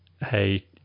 hey